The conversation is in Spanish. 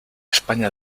españa